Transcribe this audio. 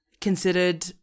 considered